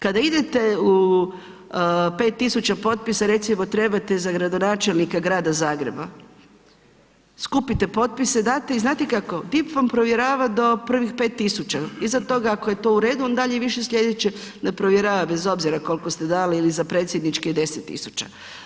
Kada idete u 5000 potpisa, recimo trebate za gradonačelnika grada Zagreba, skupite potpise, date i znamo kako, DIP vam provjerava do prvih 5 tisuća, iza toga, ako je to u redu, on dalje više sljedeće ne provjerava, bez obzira koliko ste dali ili za predsjedničke 10 tisuća.